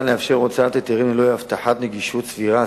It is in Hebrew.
לאפשר הוצאת היתרים ללא הבטחת נגישות סבירה,